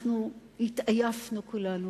התעייפנו כולנו,